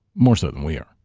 more so than we are.